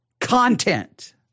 content